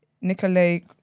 Nikolay